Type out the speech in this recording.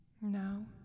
Now